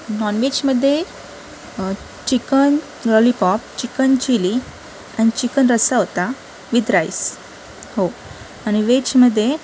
non वेजमध्ये chicken lollipop chicken chilli आणि chicken रस्सा होता विथ राईस हो आणि वेजमध्ये